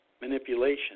manipulation